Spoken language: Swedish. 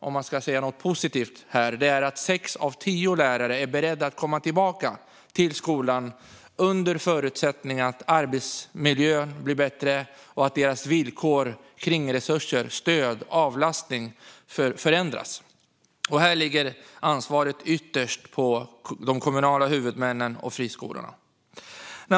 Om man ska säga något positivt här är det ändå glädjande att sex av tio lärare är beredda att komma tillbaka till skolan, under förutsättning att arbetsmiljön blir bättre och att deras villkor när det gäller resurser, stöd och avlastning förändras. Här ligger ansvaret ytterst på de kommunala huvudmännen och friskolorna.